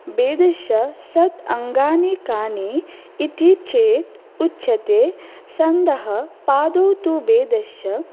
वेदस्य षट् अङ्गानि कानि इति चेत् उच्यते छन्दः पादौ तु वेदस्य